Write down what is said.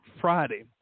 Friday